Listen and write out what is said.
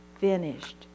finished